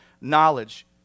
knowledge